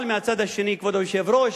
מצד שני, כבוד היושב-ראש,